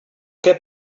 què